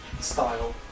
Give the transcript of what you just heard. style